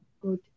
good